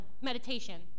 meditation